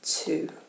Two